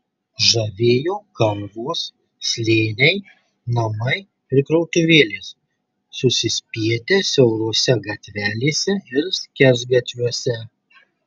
žavėjo kalvos slėniai namai ir krautuvėlės susispietę siaurose gatvelėse ir skersgatviuose